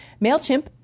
MailChimp